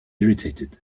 irritated